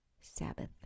Sabbath